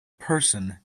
person